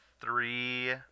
three